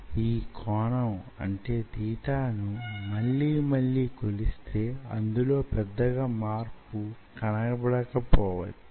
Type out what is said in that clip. ఈ కోణం అంటే తీటా ను మళ్ళీ మళ్ళీ కొలిస్తే అందులో పెద్దగా మార్పు కనబడకపోవచ్చును